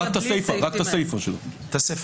רק את הסיפה של הסעיף.